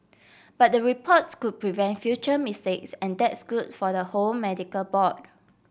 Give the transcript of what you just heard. but the reports could prevent future mistakes and that's good for the whole medical board